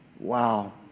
Wow